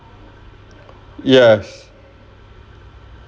yes